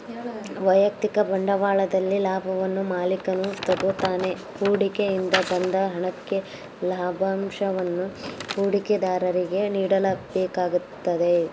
ವೈಯಕ್ತಿಕ ಬಂಡವಾಳದಲ್ಲಿ ಲಾಭವನ್ನು ಮಾಲಿಕನು ತಗೋತಾನೆ ಹೂಡಿಕೆ ಇಂದ ಬಂದ ಹಣಕ್ಕೆ ಲಾಭಂಶವನ್ನು ಹೂಡಿಕೆದಾರರಿಗೆ ನೀಡಬೇಕಾಗುತ್ತದೆ